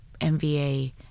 MVA